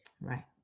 Right